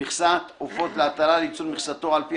מכסת עופות להטלה לייצור מכסתו על פי